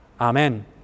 Amen